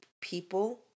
people